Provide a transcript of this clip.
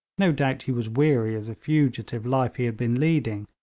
no doubt he was weary of the fugitive life he had been leading,